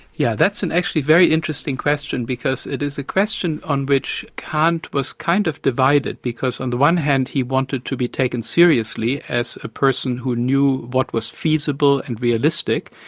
yeah that's an actually very interesting question because it is a question on which kant was kind of divided, because on the one hand he wanted to be taken seriously as a person who knew what was feasible and realistic,